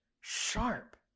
sharp